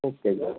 okay ਜੀ